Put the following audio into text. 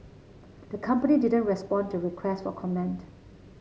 the company didn't respond to requests for comment